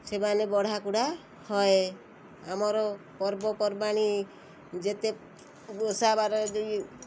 ସେମାନେ ବଢ଼ାକୁଢ଼ା ହଏ ଆମର ପର୍ବପର୍ବାଣୀ ଯେତେ ଓଷାବାର